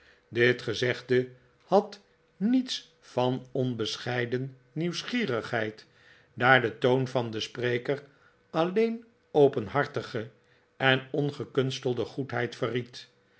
dit gezegde had niets van onbescheiden nieuwsgierigheid daar de toon van den spreker alleen openhartige en ongekunstelde goedheid verried